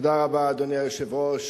אדוני היושב-ראש,